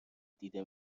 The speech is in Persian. دیده